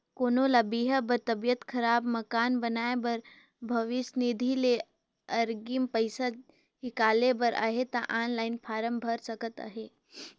कोनो ल बिहा बर, तबियत खराब, मकान बनाए बर भविस निधि ले अगरिम पइसा हिंकाले बर अहे ता ऑनलाईन फारम भइर सकत अहे